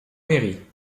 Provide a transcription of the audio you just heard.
mairie